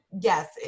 Yes